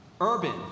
Urban